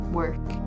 work